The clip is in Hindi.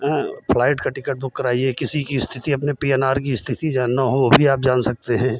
हां फ्लाइट का टिकट बुक कराइए किसी की स्थिति अपने पी एन आर की स्थिति जानना हो वो भी आप जान सकते हैं